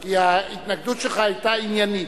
כי ההתנגדות שלך היתה עניינית.